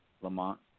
Lamont